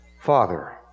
Father